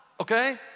okay